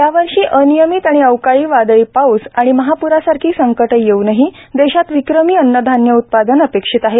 यावर्षी अनियमित आणि अवकाळी वादळी पाऊस आणि महाप्रासारखी संकटं येऊनही देशात विक्रमी अन्नधान्य उत्पादन अपेक्षित आहे